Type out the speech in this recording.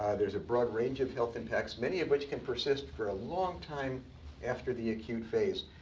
ah there's a broad range of health impacts, many of which can persist for a long time after the acute phase.